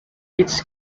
its